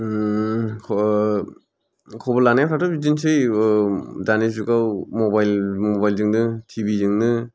ओम ख' खबर लानायफ्राथ' बिदिनसै ओम दानि जुगाव मबाइल मबाइल जोंनो टि भि जोंनो